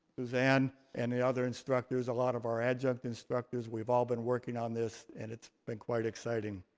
suzanne and the other instructors, a lot of our adjunct instructors, we've all been working on this and it's been quite exciting.